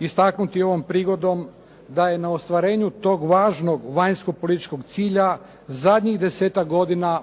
istaknuti ovom prigodom da je na ostvarenju tog važno vanjsko političkog cilja, zadnjih 10-ak godina